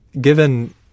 Given